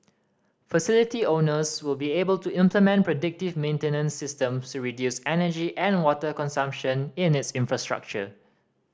facility owners will be able to implement predictive maintenance system so reduce energy and water consumption in its infrastructure